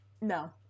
No